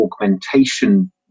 augmentation